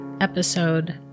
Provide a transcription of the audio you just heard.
episode